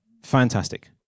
Fantastic